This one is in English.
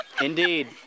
Indeed